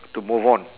to move on